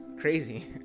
crazy